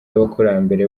y’abakurambere